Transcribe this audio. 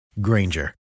Granger